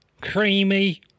creamy